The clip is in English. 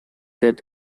that